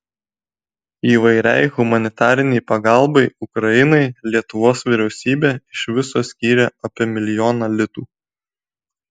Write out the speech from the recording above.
įvairiai humanitarinei pagalbai ukrainai lietuvos vyriausybė iš viso skyrė apie milijoną litų